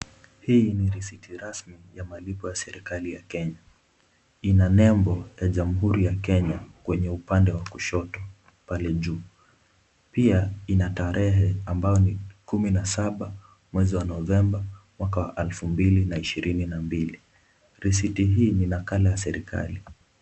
Hii ni risiti rasmi ya malipo ya serekali ya Kenya. Ina nembo ya jamhuri ya Kenya kwenye upande wa kushoto pale juu. Pia ina tarehe ambayo ni kumi na saba mwezi wa Novemba mwaka wa elfu mbili na ishirini na mbili. Risiti hii ni nakala ya serekali.